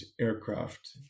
aircraft